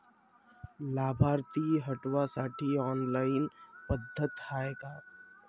लाभार्थी हटवासाठी ऑनलाईन पद्धत हाय का?